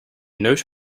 neus